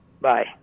bye